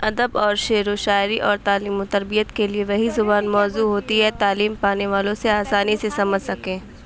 ادب اور شعر و شاعری اور تعلیم و تربیت کے لیے وہی زبان موزوں ہوتی ہے تعلیم پانے والے اسے آسانی سے سمجھ سکیں